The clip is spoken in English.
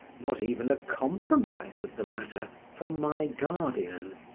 not even a compromise of the matter, from my guardian.